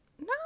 No